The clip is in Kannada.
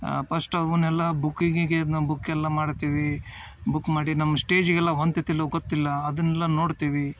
ಪಶ್ಟ್ ಅವುನೆಲ್ಲ ಬುಕ್ಕಿಂಗಿಗೆ ಇದನ್ನ ಬುಕ್ಕೆಲ್ಲ ಮಾಡ್ತೀವಿ ಬುಕ್ ಮಾಡಿ ನಮ್ಮ ಸ್ಟೇಜಿಗೆಲ್ಲ ಹೊಂತಿತಿಲ್ಲೊ ಗೊತ್ತಿಲ್ಲಾ ಅದನ್ನೆಲ್ಲ ನೋಡ್ತೀವಿ